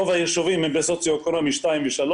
רוב היישובים הם בסוציו-אקונומי 2 ו-3.